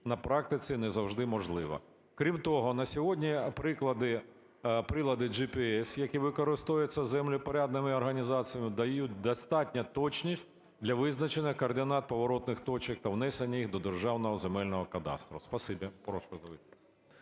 на практиці не завжди можливо. Крім того, на сьогодні прилади GPS, які використовуються землевпорядними організаціями, дають достатню точність для визначення координат поворотних точок та внесення їх до Державного земельного кадастру.